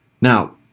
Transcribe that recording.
Now